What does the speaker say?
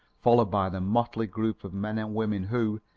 followed by the motley group of men and women who,